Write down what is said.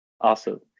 awesome